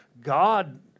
God